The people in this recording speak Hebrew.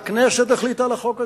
והכנסת החליטה על החוק הזה.